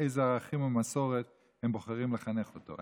אילו ערכים ומסורת הם בוחרים לחנך אותו.